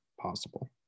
possible